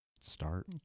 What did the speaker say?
Start